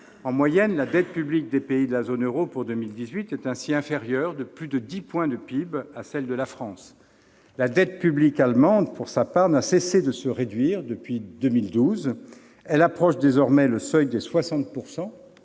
En moyenne, la dette publique des pays de la zone euro pour 2018 est ainsi inférieure, de plus de 10 points de PIB, à celle de la France. La dette publique allemande, pour sa part, n'a cessé de se réduire depuis 2012 et approche désormais le seuil de 60